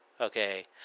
Okay